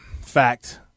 fact